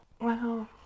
Wow